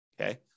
okay